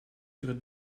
sur